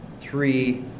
Three